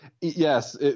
yes